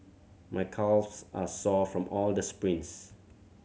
my calves are sore from all the sprints